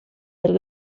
del